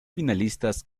finalistas